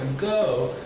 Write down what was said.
go,